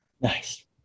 Nice